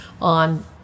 on